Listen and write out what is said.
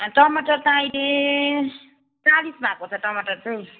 टमाटर त अहिले चालिस भएको छ टमाटर चाहिँ